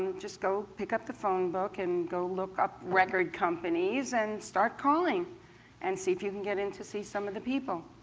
and just go pick up the phone book, and go look up record companies, and start calling and see if you can get in to see some of the people.